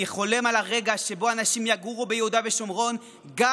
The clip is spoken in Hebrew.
אני חולם על הרגע שבו אנשים יגורו ביהודה ושומרון גם